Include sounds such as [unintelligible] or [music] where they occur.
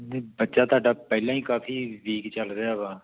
[unintelligible] ਬੱਚਾ ਤੁਹਾਡਾ ਪਹਿਲਾਂ ਹੀ ਕਾਫੀ ਵੀਕ ਚੱਲ ਰਿਹਾ ਵਾ